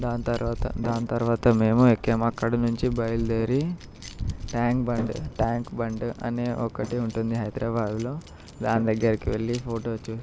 దాని తరువాత దాని తరువాత మేము ఎక్కాము అక్కడి నుంచి బయలుదేరి ట్యాంక్ బండ్ ట్యాంక్ బండ్ అనే ఒకటి ఉంటుంది హైదరాబాద్లో దాని దగ్గరికి వెళ్ళి ఫోటోస్